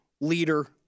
leader